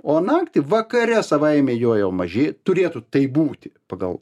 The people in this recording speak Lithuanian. o naktį vakare savaime jo jau mažė turėtų taip būti pagal